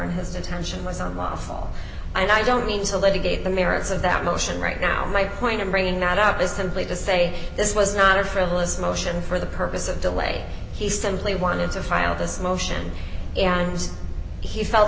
and his detention was not lawful and i don't mean to let again the merits of that motion right now my point in bringing that up is simply to say this was not a frivolous motion for the purpose of delay he simply wanted to file this motion and he felt